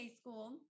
school